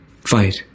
Fight